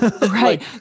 right